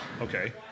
Okay